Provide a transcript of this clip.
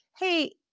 Hey